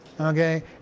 okay